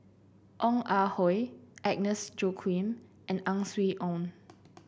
Ong Ah Hoi Agnes Joaquim and Ang Swee Aun